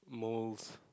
moulds